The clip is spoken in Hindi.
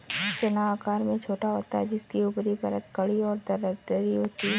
चना आकार में छोटा होता है जिसकी ऊपरी परत कड़ी और दरदरी होती है